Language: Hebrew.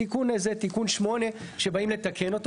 התיקון הזה, תיקון 8, שבאים לתקן אותו.